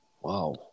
wow